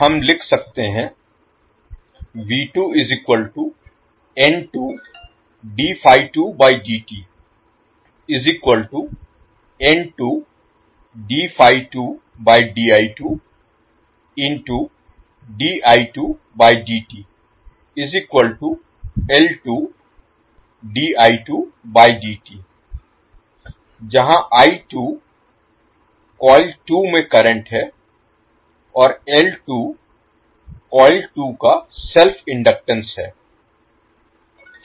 हम लिख सकते हैं जहां कॉइल 2 में करंट है और कॉइल 2 का सेल्फ इनडक्टेंस है